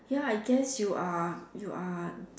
ya I guess you are you are